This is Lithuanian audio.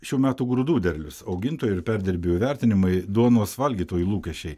šių metų grūdų derlius augintojų ir perdirbėjų vertinimai duonos valgytojų lūkesčiai